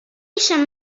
eisiau